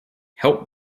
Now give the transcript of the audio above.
help